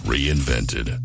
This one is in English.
Reinvented